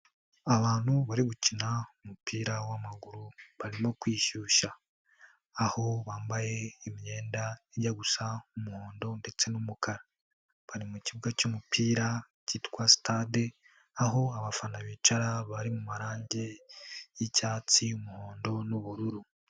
Abantu barimo gukina umupira w'amaguru barimo kwishyushya. Aho bambaye imyenda ijya gusa umuhondo ndetse n'umukara bari mu kibuga cy'umupira cyitwa sitade, aho abafana bicara bari mu marange y'icyatsi, umuhondo n'ubururu.